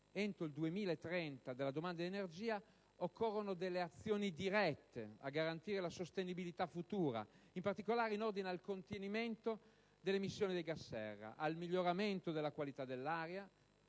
entro il 2030 della domanda di energia, occorrono azioni dirette a garantire la sostenibilità futura, in particolare in ordine al contenimento delle emissioni dei gas serra, al miglioramento della qualità dell'aria